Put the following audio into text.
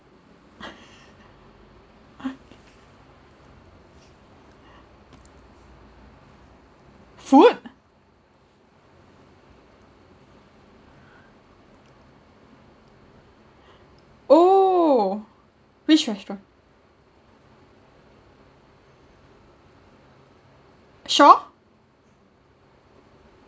okay food oh which restaurant shaw